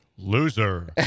Loser